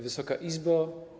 Wysoka Izbo!